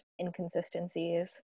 inconsistencies